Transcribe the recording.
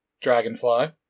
Dragonfly